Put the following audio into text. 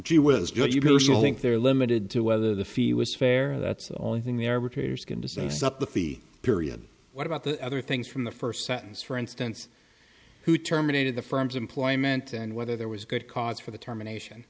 personally think they're limited to whether the fee was fair that's the only thing the arbitrator's going to say sup the fee period what about the other things from the first sentence for instance who terminated the firm's employment and whether there was good cause for the termination